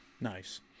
Nice